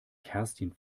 kerstin